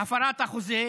הפרת החוזה,